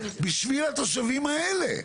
בשביל התושבים האלה,